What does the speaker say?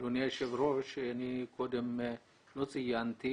אדוני היושב-ראש אני קודם לא ציינתי